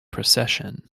procession